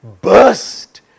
burst